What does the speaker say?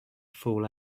fall